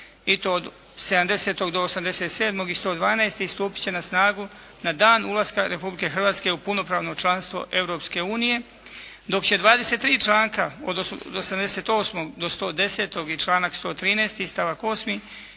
i to od 70. do 87. i 112. stupiti će na snagu na dan ulaska Republike Hrvatske u punopravno članstvo Europske unije dok će 23 članka od 88. do 110. i članak 113. stavak 8.